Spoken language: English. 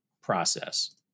process